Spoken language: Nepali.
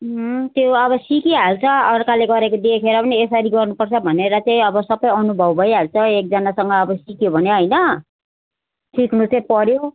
त्यो अब सिकिहाल्छ अर्काले गरेको देखेर पनि यसरी गर्नु पर्छ भनेर चाहिँ अब सबै अनुभव भइहाल्छ एकजनासँग अब सिक्यो भने होइन सिक्नु चाहिँ पऱ्यो